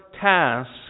task